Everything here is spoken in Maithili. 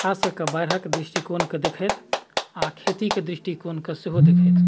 खासकऽ कऽ बाढ़िके दृष्टिकोणके देखैत आओर खेतीके दृष्टिकोणके सेहो देखैत